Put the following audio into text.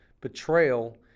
Betrayal